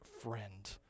friend